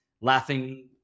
laughing